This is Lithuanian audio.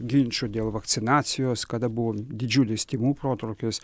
ginčų dėl vakcinacijos kada buvo didžiulis tymų protrūkis